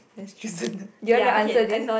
do you want to answer this